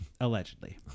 allegedly